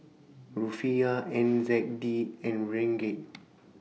Rufiyaa N Z D and Ringgit